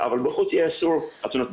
אבל בחוץ יהיה אסור חתונות.